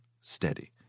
steady